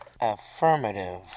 Affirmative